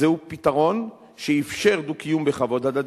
זהו פתרון שאפשר דו-קיום בכבוד הדדי,